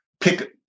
pick